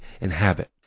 inhabit